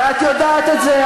ואת יודעת את זה,